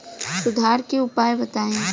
सुधार के उपाय बताई?